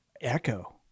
Echo